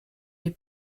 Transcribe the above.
les